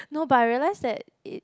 no but I realise that it